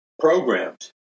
Programmed